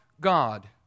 God